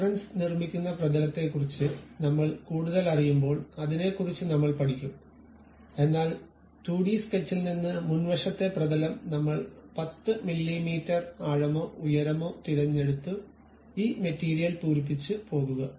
reference നിർമ്മിക്കുന്ന പ്രതലത്തെകുറിച്ഛ് നമ്മൾ കൂടുതലറിയുമ്പോൾ അതിനെക്കുറിച്ച് നമ്മൾ പഠിക്കും എന്നാൽ 2 ഡി സ്കെച്ചിൽ നിന്ന് മുൻവശത്തെ പ്രതലം നമ്മൾ 10 മില്ലീമീറ്റർ ആഴമോ ഉയരമോ തിരഞ്ഞെടുത്തു ഈ മെറ്റീരിയൽ പൂരിപ്പിച്ച് പോകുക